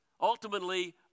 ultimately